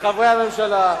לחברי הממשלה.